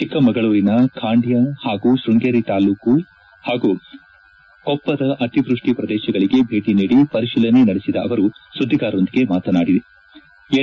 ಚಿಕ್ಕಮಗಳೂರಿನ ಖಾಂಡ್ಯ ಹಾಗೂ ಶೃಂಗೇರಿ ತಾಲ್ಲೂಕು ಹಾಗೂ ಕೊಪ್ಪದ ಅತಿವೃಷ್ಟಿ ಪ್ರದೇಶಗಳಿಗೆ ಭೇಟ ನೀಡಿ ಪರಿಶೀಲನೆ ನಡೆಸಿದ ಅವರು ಸುದ್ದಿಗಾರರೊಂದಿಗೆ ಮಾತನಾಡಿ ಎನ್